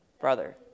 Brother